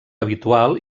habitual